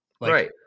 right